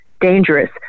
dangerous